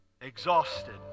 exhausted